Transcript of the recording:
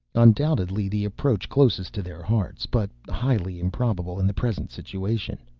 undoubtedly the approach closest to their hearts but highly improbable in the present situation.